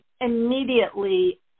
immediately